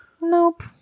Nope